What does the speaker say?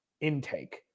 intake